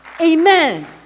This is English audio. Amen